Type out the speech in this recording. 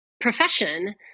profession